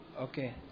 Okay